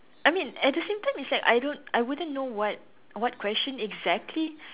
I mean at the same time is like I don't I wouldn't know what what question exactly